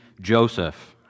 Joseph